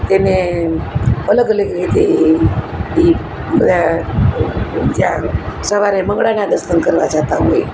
એને અલગ અલગ રીતે ઇ ઇ બધા ત્યાં સવારે મંગળાનાં દર્શન કરવા જતા હોય